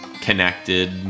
connected